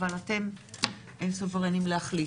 אבל אתם סוברנים להחליט.